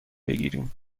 بگیریم